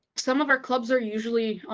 some of our clubs are usually